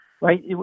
right